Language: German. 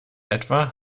etwa